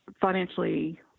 financially